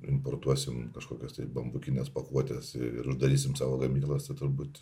importuosim kažkokias bambukines pakuotes ir ir uždarysim savo gamyklas tai turbūt